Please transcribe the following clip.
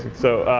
so,